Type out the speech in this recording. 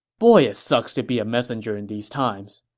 boy it sucks to be a messenger in these times.